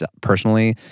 personally